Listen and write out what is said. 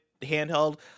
handheld